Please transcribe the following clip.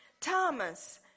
Thomas